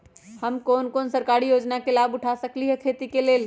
हम कोन कोन सरकारी योजना के लाभ उठा सकली ह खेती के लेल?